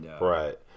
Right